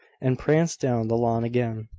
and pranced down the lawn again.